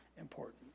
important